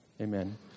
Amen